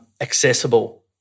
accessible